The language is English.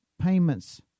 payments